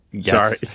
Sorry